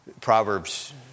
Proverbs